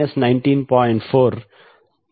254cos 4t160